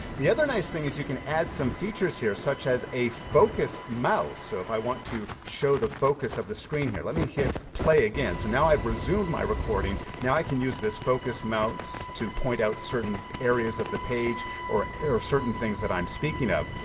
the other nice thing is, you can add some features here, such as a focus mouse. so if i want to show the focus of the screen here. let me hit play again, so i've resumed my recording, now i can use this focus mouse to point out certain areas of the page, or certain things that i'm speaking of.